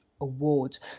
awards